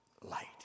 light